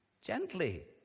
Gently